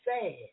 sad